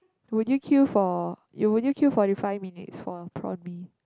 would you queue for you will you queue for forty five minutes for prawn mee